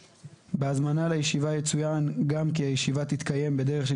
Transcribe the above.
בהזמנה לישיבה יצוין גם כי הישיבה תתקיים בדרך של